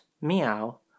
meow